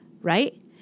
right